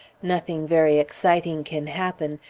nothing very exciting can happen,